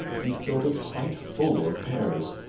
he filled it quite full of pears.